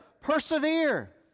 persevere